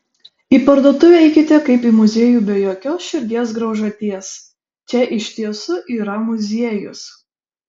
į parduotuvę eikite kaip į muziejų be jokios širdies graužaties čia iš tiesų yra muziejus